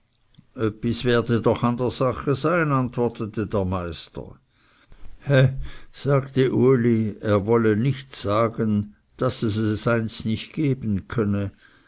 öppis werde doch an der sache sein antwortete der meister he sagte uli er wolle nicht sagen daß es es einst nicht geben könne